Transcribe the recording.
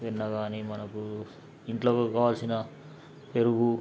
వెన్న కాని మనకు ఇంట్లోకి కావాల్సిన పెరుగు